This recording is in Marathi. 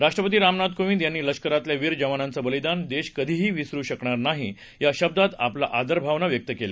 राष्ट्रपती रामनाथ कोविंद यांनी लष्करातल्या वीर जवानाचं बलिदान देश कधीही विसरू शकणार नाही या शब्दात आपल्या आदर भावना व्यक्त केल्या